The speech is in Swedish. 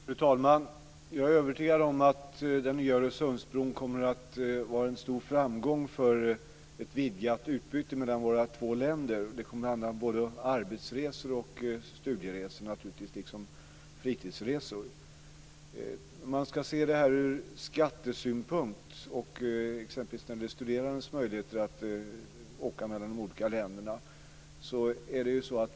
Fru talman! Jag är övertygad om att den nya Öresundsbron kommer att vara en stor framgång för ett vidgat utbyte mellan våra två länder. Det kommer att handla om både arbetsresor och studieresor, naturligtvis, liksom om fritidsresor. Man kan se det här ur skattesynpunkt, exempelvis när det gäller studerandes möjligheter att åka mellan de olika länderna.